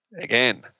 again